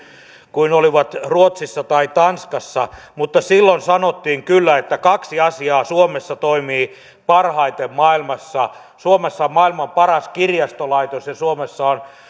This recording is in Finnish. kuin olivat ruotsissa tai tanskassa mutta silloin sanottiin kyllä että kaksi asiaa suomessa toimii parhaiten maailmassa suomessa on maailman paras kirjastolaitos ja suomessa on